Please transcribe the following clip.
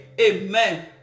Amen